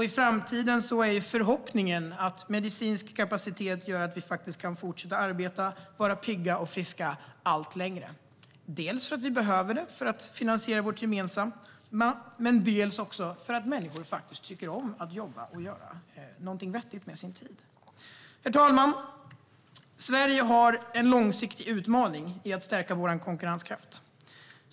I framtiden är förhoppningen att medicinsk kapacitet gör att vi kan fortsätta arbeta, vara pigga och friska allt längre, dels för att vi behöver det för att finansiera vårt gemensamma, dels för att människor faktiskt tycker om att jobba och göra något vettigt med sin tid. Sverige har en långsiktig utmaning i att stärka vår konkurrenskraft.